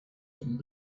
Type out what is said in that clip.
them